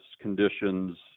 conditions